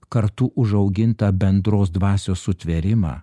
kartu užaugintą bendros dvasios sutvėrimą